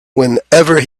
whenever